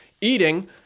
eating